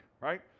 right